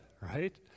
right